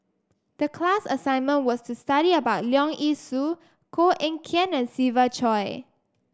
the class assignment was to study about Leong Yee Soo Koh Eng Kian and Siva Choy